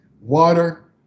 water